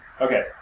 Okay